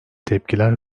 tepkiler